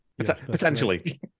potentially